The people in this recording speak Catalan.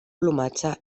plomatge